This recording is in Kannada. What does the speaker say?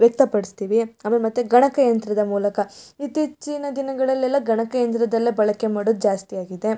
ವ್ಯಕ್ತಪಡಿಸ್ತೀವಿ ಆಮೇಲೆ ಮತ್ತು ಗಣಕಯಂತ್ರದ ಮೂಲಕ ಇತ್ತೀಚಿನ ದಿನಗಳಲ್ಲೆಲ್ಲ ಗಣಕಯಂತ್ರದಲ್ಲೇ ಬಳಕೆ ಮಾಡೋದು ಜಾಸ್ತಿಯಾಗಿದೆ